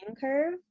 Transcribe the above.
curve